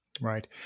Right